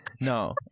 no